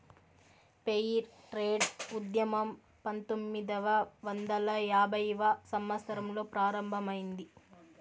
fair trade ఉద్యమం పంతొమ్మిదవ వందల యాభైవ సంవత్సరంలో ప్రారంభమైంది